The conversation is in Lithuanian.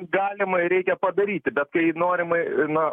galima ir reikia padaryti bet kai norima na